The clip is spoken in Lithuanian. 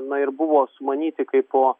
na ir buvo sumanyti kaipo